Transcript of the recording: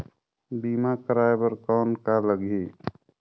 बीमा कराय बर कौन का लगही?